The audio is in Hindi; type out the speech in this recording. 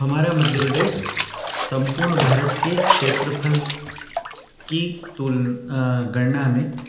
हमारा मध्य प्रदेश सम्पूर्ण भारत के क्षेत्र फल की तुल गणना में